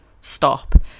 stop